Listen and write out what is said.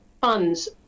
funds